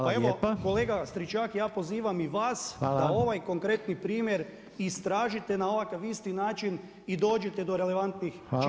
Pa evo kolega Stričak ja pozivam i vas da ovaj konkretni primjer istražite na ovakav isti način i dođite do relevantnih činjenica